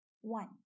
One